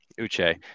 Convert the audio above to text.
Uche